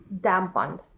dampened